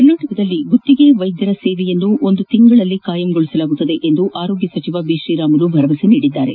ಕರ್ನಾಟಕದಲ್ಲಿ ಗುತ್ತಿಗೆ ವೈದ್ಯರ ಸೇವೆಯನ್ನು ಒಂದು ತಿಂಗಳೊಳಗೆ ಖಾಯಂಗೊಳಿಸಲಾಗುವುದು ಎಂದು ಆರೋಗ್ಯ ಸಚಿವ ಶ್ರೀರಾಮುಲು ಭರವಸೆ ನೀಡಿದ್ದಾರೆ